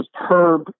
superb